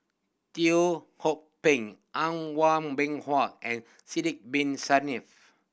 Teo Ho Pin An Bin Haw and Sidek Bin Saniff